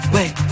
Wait